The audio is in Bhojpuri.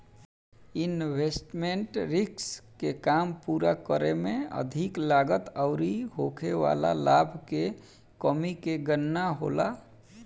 इन्वेस्टमेंट रिस्क के काम पूरा करे में अधिक लागत अउरी होखे वाला लाभ के कमी के गणना होला